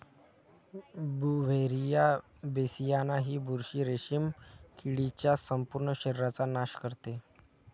Beauveria बेसियाना ही बुरशी रेशीम किडीच्या संपूर्ण शरीराचा नाश करते